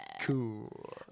cool